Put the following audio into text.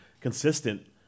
consistent